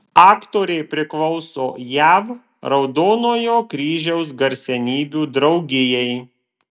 aktorė priklauso jav raudonojo kryžiaus garsenybių draugijai